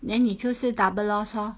then 你就是 double loss lor